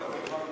כל הדבר,